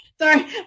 Sorry